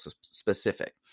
specific